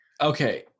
okay